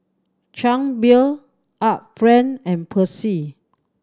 Chang Beer Art Friend and Persil